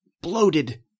Bloated